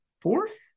fourth